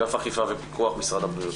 אגף אכיפה ופיקוח, משרד הבריאות.